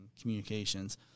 communications